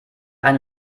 eine